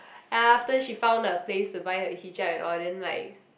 after she found a place to buy her hijab and all then like